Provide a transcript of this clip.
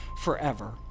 forever